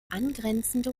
angrenzende